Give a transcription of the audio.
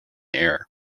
air